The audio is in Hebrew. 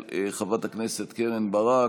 של חברת הכנסת קרן ברק,